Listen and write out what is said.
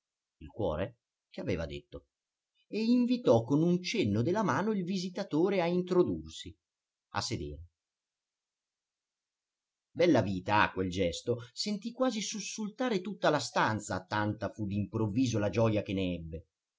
che aveva detto e invitò con un cenno della mano il visitatore a introdursi a sedere bellavita a quel gesto sentì quasi sussultare tutta la stanza tanta fu d'improvviso la gioja che